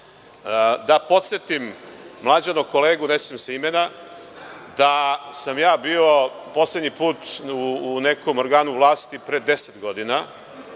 podsetim mlađanog kolegu, ne sećam se imena, da sam ja bio poslednji put u nekom organu vlasti pre deset godina,